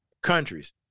countries